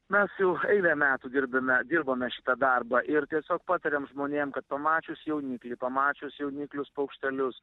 mes jau eilę metų dirbame dirbome šitą darbą ir tiesiog patariam žmonėm kad pamačius jauniklį pamačius jauniklius paukštelius